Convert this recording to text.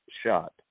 shot